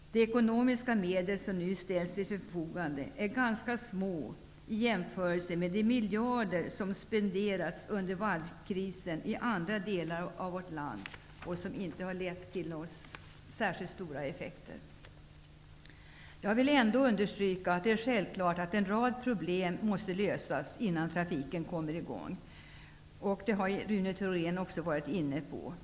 De ekonomiska medel som nu ställs till förfogande är ganska små i jämförelse med de miljarder som spenderats under varvskrisen i andra delar av vårt land -- och som inte har gett särskilt stora effekter. Jag vill ändå understryka att det är självklart att en rad problem måste lösas innan trafiken kommer i gång. Rune Thorén har också varit inne på denna fråga.